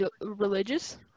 religious